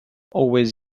always